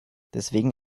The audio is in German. deswegen